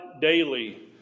daily